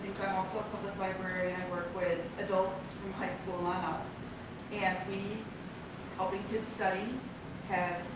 also a public librarian. i work with adults from high school on up and we helping kids study have